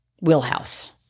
wheelhouse